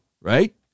right